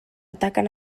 ataquen